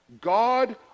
God